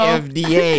fda